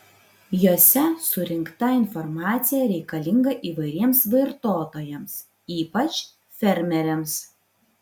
jose surinkta informacija reikalinga įvairiems vartotojams ypač fermeriams